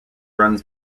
runs